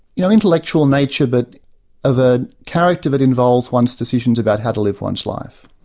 you know intellectual nature, but of a character that involves one's decisions about how to live one's life.